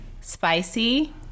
spicy